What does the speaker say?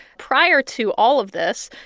prior to all of this,